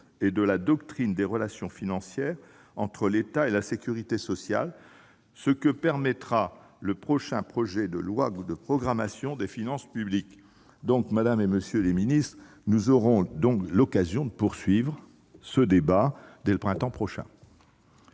et de la doctrine des relations financières entre l'État et la sécurité sociale, ce que permettra le prochain projet de loi de programmation des finances publiques ». Madame la ministre, monsieur le secrétaire d'État, nous aurons donc l'occasion de poursuivre ce débat dès le printemps prochain.